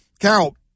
Carol